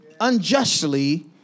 unjustly